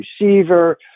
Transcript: receiver